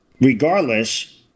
regardless